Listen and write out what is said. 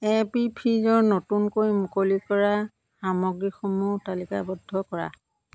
এপী ফিজৰ নতুনকৈ মুকলি কৰা সামগ্ৰীসমূহ তালিকাবদ্ধ কৰা